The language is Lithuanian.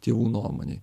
tėvų nuomonei